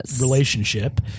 relationship